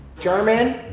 german,